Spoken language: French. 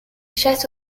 chassent